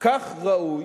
כך ראוי,